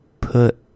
put